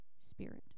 spirit